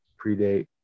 predate